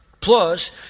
Plus